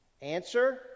Answer